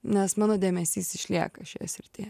nes mano dėmesys išlieka šioje srityje